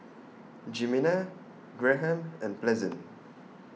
Jimena Graham and Pleasant